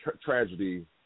tragedy